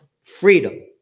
freedom